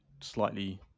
slightly